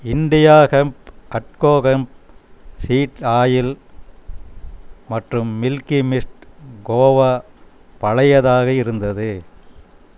India hemp at co hemp seed oil மற்றும் Milky Mist khoa பழையதாக இருந்தது